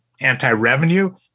anti-revenue